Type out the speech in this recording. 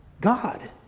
God